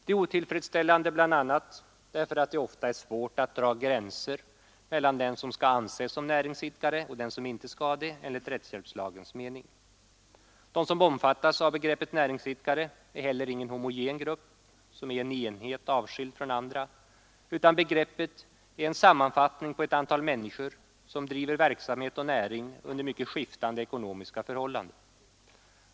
Det är otillfredsställande, bl.a. därför att det ofta är svårt att dra gränser mellan den som skall anses som näringsidkare och den som inte skall det enligt rättshjälpslagens mening. De som omfattas av begreppet näringsidkare är heller inte någon homogen grupp, avskild från andra, utan begreppet är en sammanfattning av ett antal människor, som driver verksamhet och näring under mycket skiftande ekonomiska förhållanden.